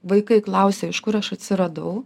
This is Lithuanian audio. vaikai klausia iš kur aš atsiradau